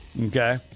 Okay